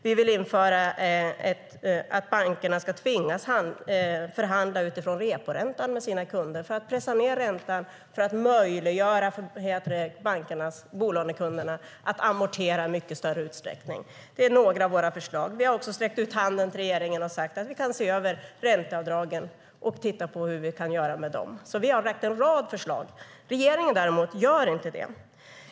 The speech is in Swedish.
Vi vill att bankerna ska tvingas förhandla utifrån reporäntan med sina kunder för att pressa ned räntan och därigenom möjliggöra för bolånekunderna att amortera i mycket större utsträckning. Det är några av våra förslag. Vi har också sträckt ut handen till regeringen och sagt att vi kan se över ränteavdragen och hur vi kan göra med dem. Vi har alltså väckt en rad förslag. Regeringen gör det däremot inte.